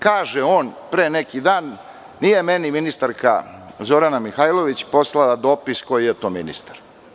Kaže on pre neki dan – nije meni ministarka Zorana Mihajlović poslala dopis koji je to ministar.